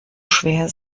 schwer